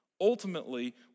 ultimately